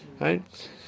Right